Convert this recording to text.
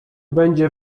będzie